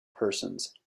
persons